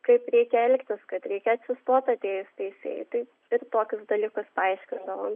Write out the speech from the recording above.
kaip reikia elgtis kad reikia atsistot atėjus teisėjui tai ir tokius dalykus paaiškindavau